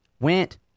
went